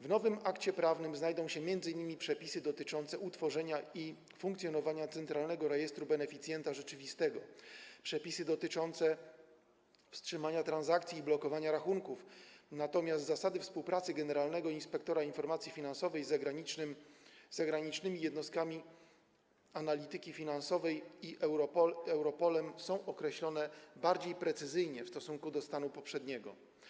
W nowym akcie prawnym znajdą się m.in. przepisy dotyczące utworzenia i funkcjonowania Centralnego Rejestru Beneficjentów Rzeczywistych, przepisy dotyczące wstrzymania transakcji i blokowania rachunków, natomiast zasady współpracy generalnego inspektora informacji finansowej z zagranicznymi jednostkami analityki finansowej i Europolem są określone bardziej precyzyjnie w porównaniu ze stanem poprzednim.